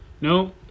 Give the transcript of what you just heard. no